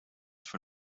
for